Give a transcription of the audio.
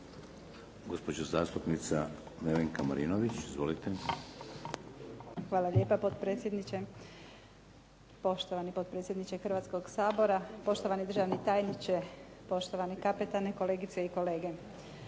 Gospođa zastupnica Nevenka Marinović. Izvolite. **Marinović, Nevenka (HDZ)** Hvala lijepa potpredsjedniče. Poštovani potpredsjedniče Hrvatskog sabora, poštovani državni tajniče, poštovani kapetane, kolegice i kolege.